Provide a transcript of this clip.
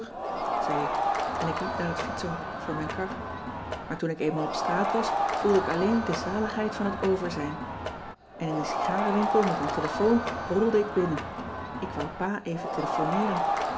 zei ik en ik liep naar het fietsenhok voor mijn kar maar toen ik eenmaal op straat was voelde ik alleen de zaligheid van het over zijn en in een sigarenwinkel met een telefoon rolde ik binnen ik wou pa even telefoneeren